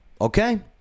okay